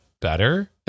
better